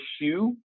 shoe